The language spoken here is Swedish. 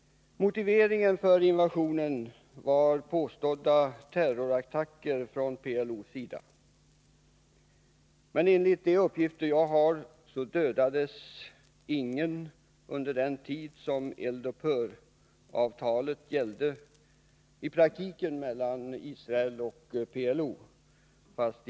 Motiveringen för invasionen var påstådda terrorattacker från PLO, men enligt de uppgifter jag har, dödades ingen under den tid som eldupphör-avtalet gällde mellan Israel och i praktiken PLO.